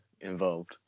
involved